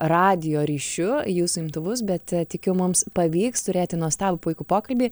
radijo ryšiu į jūsų imtuvus bet tikiu mums pavyks turėti nuostabų puikų pokalbį